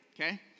Okay